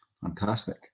Fantastic